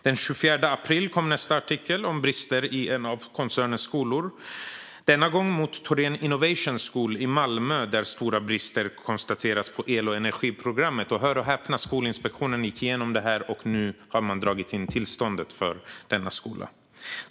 Den 24 april kom nästa artikel om brister i en av koncernens skolor, denna gång Thoren Innovation School i Malmö, där stora brister konstaterats på el och energiprogrammet. Hör och häpna: Skolinspektionen gick igenom det här, och nu har man dragit in tillståndet för denna skola.